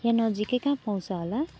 यहाँ नजिकै कहाँ पाउँछ होला